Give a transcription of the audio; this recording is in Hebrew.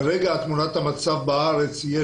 כרגע תמונת המצב בארץ היא